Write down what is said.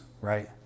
right